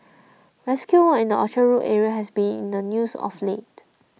rescue work in the Orchard Road area has been in the news of late